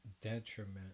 detriment